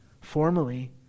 formally